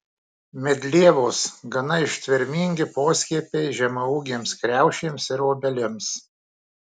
medlievos gana ištvermingi poskiepiai žemaūgėms kriaušėms ir obelims